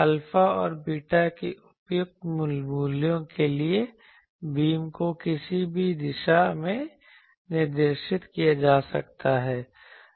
alpha और beta के उपयुक्त मूल्यों के लिए बीम को किसी भी दिशा में निर्देशित किया जा सकता है